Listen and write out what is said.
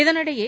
இதனிடையே